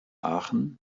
aachen